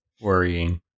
worrying